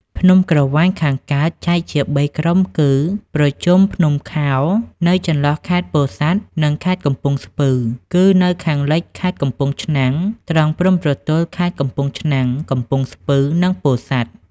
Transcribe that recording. ភ្នំក្រវាញខាងកើត ចែកជាបីក្រុមគឺ ប្រជុំភ្នំខោល នៅចន្លោះខេត្តពោធិ៍សាត់ និងខេត្តកំពង់ស្ពឺ គឺនៅខាងលិចខេត្តកំពង់ ឆ្នាំង ត្រង់ព្រំប្រទល់ខេត្តកំពង់ឆ្នាំង កំពង់ស្ពឺ និងពោធិ៍សាត់ ។